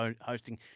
hosting